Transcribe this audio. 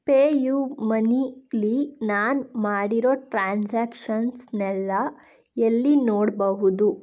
ಪೇಯುಮನಿಲಿ ನಾನು ಮಾಡಿರೋ ಟ್ರಾನ್ಸಾಕ್ಷನ್ಸ್ನೆಲ್ಲ ಎಲ್ಲಿ ನೋಡಬಹುದು